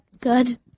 Good